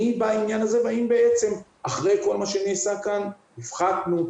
בעניין הזה והאם בעצם אחרי כל מה שנעשה כאן הפחתנו,